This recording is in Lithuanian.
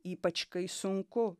ypač kai sunku